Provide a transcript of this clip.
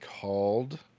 called